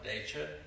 nature